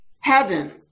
heaven